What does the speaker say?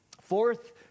Fourth